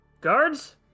Guards